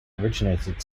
originated